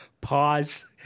pause